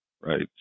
right